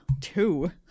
two